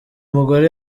mugore